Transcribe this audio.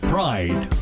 Pride